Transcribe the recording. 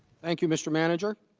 thank you mr. manager